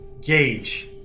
gage